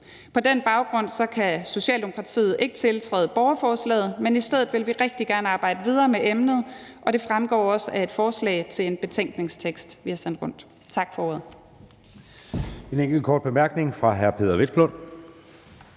På den baggrund kan Socialdemokratiet ikke tiltræde borgerforslaget, men i stedet vil vi rigtig gerne arbejde videre med emnet, og det fremgår også af et forslag til en betænkningstekst, vi har sendt rundt. Tak for ordet.